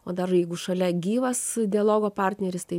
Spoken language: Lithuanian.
o dar jeigu šalia gyvas dialogo partneris tai